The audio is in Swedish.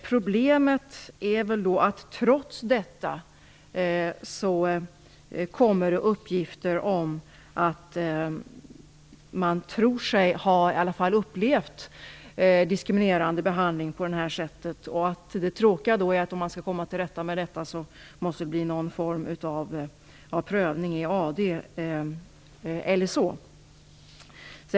Problemet är väl att det trots detta kommer uppgifter om att man tror sig ha upplevt en diskriminerande behandling på nämnda sätt. Det tråkiga är då att det, för att man skall komma till rätta med detta, måste bli någon form av prövning i AD e.d.